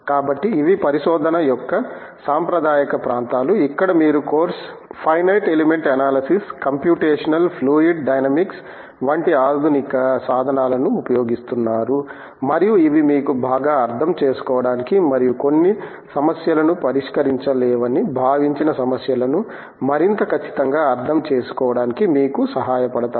కాబట్టి ఇవి పరిశోధన యొక్క సాంప్రదాయిక ప్రాంతాలు ఇక్కడ మీరు course finite element analysis computational fluid dynamics వంటి ఆధునిక సాధనాలను ఉపయోగిస్తున్నారు మరియు ఇవి మీకు బాగా అర్థం చేసుకోవడానికి మరియు కొన్ని సమస్యలను పరిష్కరించలేవని భావించిన సమస్యలను మరింత ఖచ్చితంగా అర్థం చేసుకోవడానికి మీకు సహాయపడతాయి